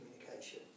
communication